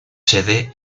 sede